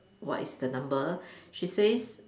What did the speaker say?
what is the number she says